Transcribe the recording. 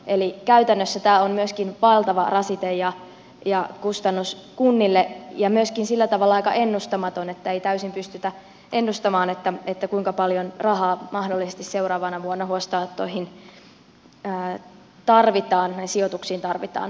eli käytännössä tämä on myöskin valtava rasite ja kustannus kunnille ja myöskin sillä tavalla aika ennustamaton että ei täysin pystytä ennustamaan kuinka paljon rahaa mahdollisesti seuraavana vuonna huostaanottoihin näihin sijoituksiin tarvitaan